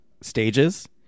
stages